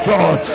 God